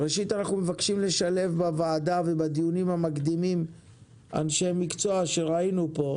אנחנו מבקשים לשלב בוועדה ובדיונים המקדימים אנשי מקצוע שראינו פה,